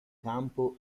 campo